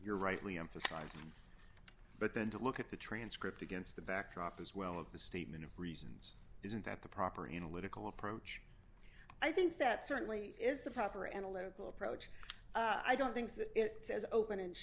you're rightly emphasizing but then to look at the transcript against the backdrop as well of the statement of reasons isn't that the proper analytical approach i think that certainly is the proper analytical approach i don't think that it says open and